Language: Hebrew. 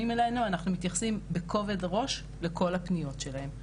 אלינו אנחנו מתייחסים בכובד ראש לכל הפניות שלהם.